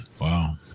Wow